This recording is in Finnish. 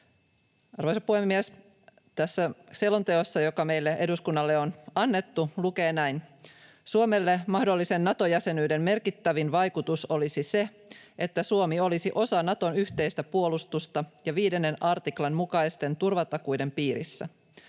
Arvoisa puhemies! Tässä selonteossa, joka meille eduskunnalle on annettu, lukee näin: ”Suomelle mahdollisen Nato-jäsenyyden merkittävin vaikutus olisi se, että Suomi olisi osa Naton yhteistä puolustusta ja 5 artiklan mukaisten turvatakuiden piirissä.